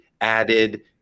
added